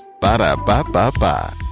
Ba-da-ba-ba-ba